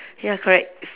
ya correct it's